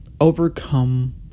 overcome